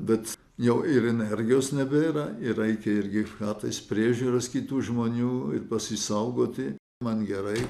bet jau ir energijos nebėra ir reikia irgi kartais priežiūros kitų žmonių ir pasisaugoti man gerai